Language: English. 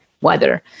weather